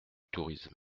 tourisme